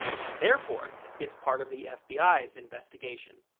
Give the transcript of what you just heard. and therefore, it's part of the fbi's investigation.